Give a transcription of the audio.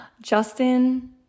Justin